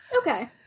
okay